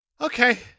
Okay